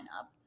up